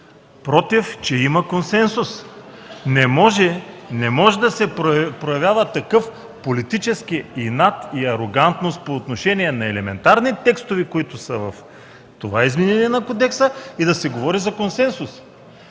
против, че има консенсус. Не може да се проявява такъв политически инат и арогантност по отношение на елементарни текстове, които са в това изменение на кодекса и да се говори за консенсус.